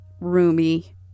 roomy